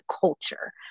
culture